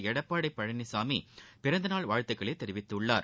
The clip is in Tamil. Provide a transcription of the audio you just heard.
எடப்பாடி பழனிசாமி பிறந்த நாள் வாழ்த்துகளை தெரிவித்திருக்கிறார்